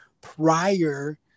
prior